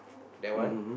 then one